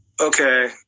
Okay